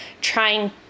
trying